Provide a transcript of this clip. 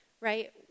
right